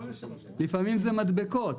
לפעמים זה מדבקות.